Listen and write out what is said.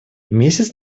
месяц